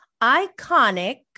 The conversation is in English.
iconic